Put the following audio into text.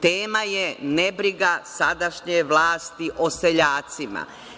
Tema je nebriga sadašnje vlasti o seljacima.